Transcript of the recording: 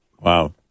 Wow